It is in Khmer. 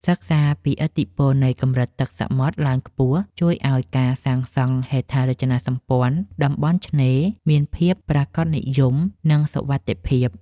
សិក្សាពីឥទ្ធិពលនៃកម្រិតទឹកសមុទ្រឡើងខ្ពស់ជួយឱ្យការសាងសង់ហេដ្ឋារចនាសម្ព័ន្ធតំបន់ឆ្នេរមានភាពប្រាកដនិយមនិងសុវត្ថិភាព។